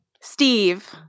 Steve